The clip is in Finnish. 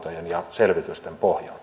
selvitysten pohjalta